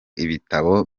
ibitabo